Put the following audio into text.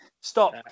Stop